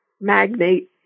magnate